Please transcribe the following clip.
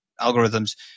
algorithms